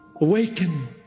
awaken